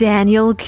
Daniel